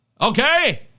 Okay